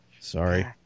sorry